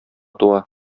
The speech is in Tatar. туа